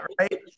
right